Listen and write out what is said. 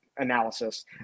analysis